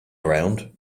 around